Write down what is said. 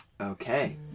Okay